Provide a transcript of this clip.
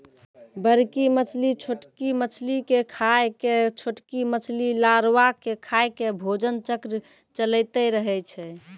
बड़की मछली छोटकी मछली के खाय के, छोटकी मछली लारवा के खाय के भोजन चक्र चलैतें रहै छै